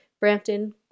Brampton